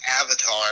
Avatar